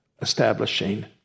establishing